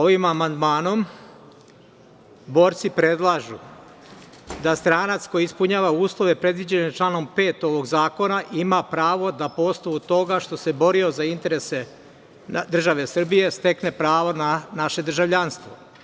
Ovim amandmanom borci predlažu da stranac koji ispunjava uslove predviđene članom 5. ovog zakona, ima pravo da po osnovu toga što se borio za interese države Srbije, stekne pravo na naše državljanstvo.